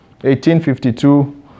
1852